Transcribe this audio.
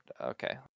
okay